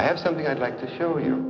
i have something i'd like to show